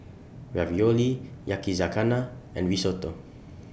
Ravioli Yakizakana and Risotto